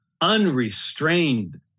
unrestrained